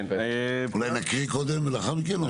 אולי נקריא קודם ולאחר מכן?